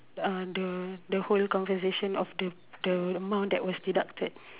uh the the whole compensation of the the amount that was deducted